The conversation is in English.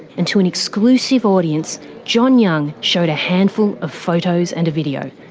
and to an exclusive audience john young showed a handful of photos and a video.